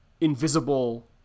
invisible